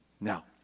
Now